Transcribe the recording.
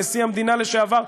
נשיא המדינה לשעבר,